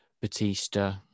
batista